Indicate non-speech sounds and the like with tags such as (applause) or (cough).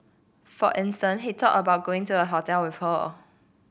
for (unintelligible) he talk about going to a hotel with her